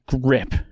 grip